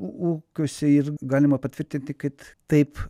ūkiuose ir galima patvirtinti kad taip